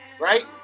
right